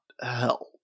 help